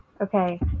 okay